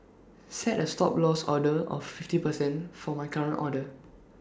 set A Stop Loss order of fifty percent for my current order